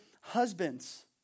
husbands